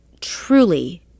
truly